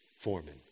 Foreman